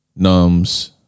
Nums